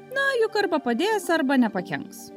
na juk arba padės arba nepakenks